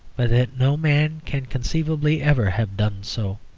but that no man can conceivably ever have done so.